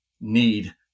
need